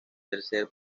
tercer